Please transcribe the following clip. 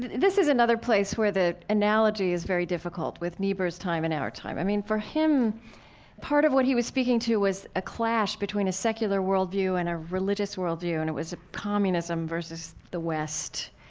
this is another place where the analogy is very difficult with niebuhr's time and our time. i mean, for him part of what he was speaking to was a clash between a secular worldview and a religious worldview, and it was ah communism versus the west.